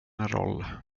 roll